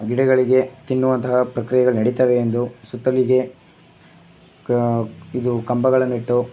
ಗಿಡಗಳಿಗೆ ತಿನ್ನುವಂತಹ ಪ್ರಕ್ರಿಯೆಗಳು ನಡಿತವೆ ಎಂದು ಸುತ್ತಲಿಗೆ ಕ ಇದು ಕಂಬಗಳನ್ನಿಟ್ಟು